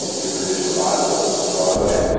we produce revivals on broadway.